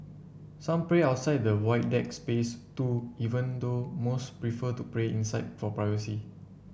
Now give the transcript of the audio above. some pray outside the Void Deck space too even though most prefer to pray inside for privacy